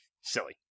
Silly